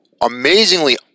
amazingly